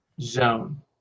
zone